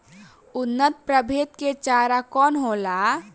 उन्नत प्रभेद के चारा कौन होला?